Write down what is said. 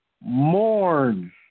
mourn